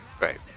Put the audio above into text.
Right